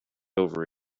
over